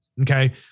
Okay